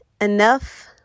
enough